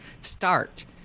start